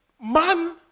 Man